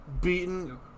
beaten